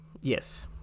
Yes